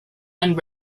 and